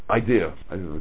idea